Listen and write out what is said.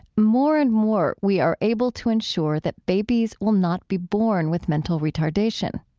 more and more we are able to ensure that babies will not be born with mental retardation.